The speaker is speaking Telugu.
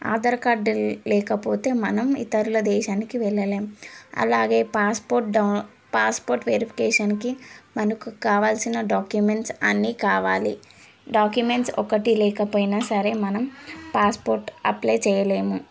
ఆధార్ కార్డ్ లేకపోతే మనం ఇతరుల దేశానికి వెళ్ళలేము అలాగే పాస్పోర్ట్ డౌన్ పాస్పోర్ట్ వెరిఫికేషన్కి మనకు కావాలసిన డాక్యుమెంట్స్ అన్నీ కావాలి డాక్యుమెంట్స్ ఒకటి లేకపోయినా సరే మనం పాస్పోర్ట్ అప్లై చేయలేము